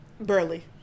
Burley